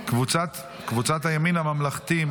קבוצת הימין הממלכתי,